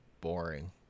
boring